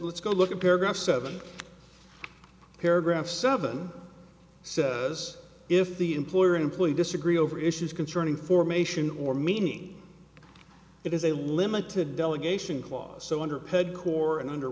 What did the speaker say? let's go look at paragraph seven paragraph seven says if the employer employee disagree over issues concerning formation or meanie it is a limited delegation clause so underpaid core and under